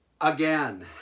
again